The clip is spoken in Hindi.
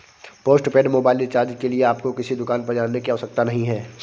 पोस्टपेड मोबाइल रिचार्ज के लिए आपको किसी दुकान पर जाने की आवश्यकता नहीं है